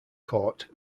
court